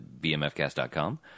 BMFCast.com